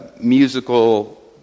musical